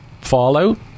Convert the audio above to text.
fallout